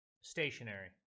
stationary